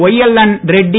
YLN Reddy